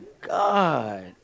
God